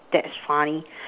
that's funny